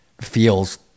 feels